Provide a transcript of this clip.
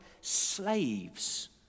slaves